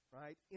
right